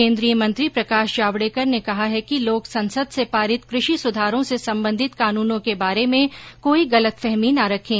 केन्द्रीय मंत्री प्रकाश जावडेकर ने कहा है कि लोग संसद से पारित कृषि सुधारों से संबंधित कानूनों के बारे में कोई गलतफहमी न रखें